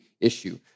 issue